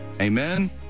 Amen